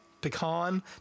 pecan